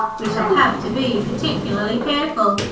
we shall have to be particularly careful.